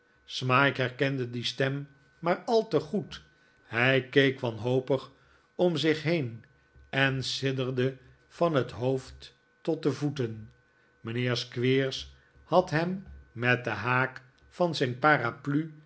smike herkende die stem maar al te goed hij keek wanhopig om zich heen en sidderde van het hoofd tot de voeten mijnheer squeers had hem met den haak van zijn paraplu